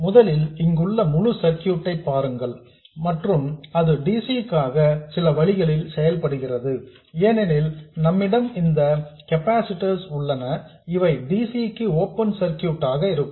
முதலில் இங்குள்ள முழு சர்க்யூட் ஐ பாருங்கள் மற்றும் அது dc க்காக சில வழிகளில் செயல்படுகிறது ஏனெனில் நம்மிடம் இந்த கெப்பாசிட்டர்ஸ் உள்ளன இவை dc க்கு ஓபன் சர்க்யூட் ஆக இருக்கும்